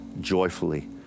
joyfully